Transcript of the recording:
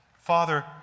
Father